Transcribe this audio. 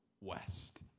west